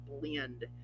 blend